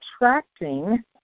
attracting